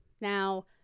Now